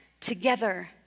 together